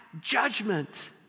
judgment